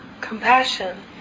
compassion